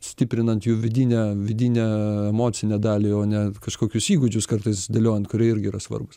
stiprinant jų vidinę vidinę emocinę dalį o ne kažkokius įgūdžius kartais dėliojant kurie irgi yra svarbūs